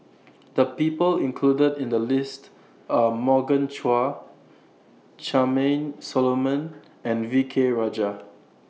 The People included in The list Are Morgan Chua Charmaine Solomon and V K Rajah